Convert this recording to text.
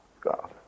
God